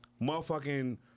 Motherfucking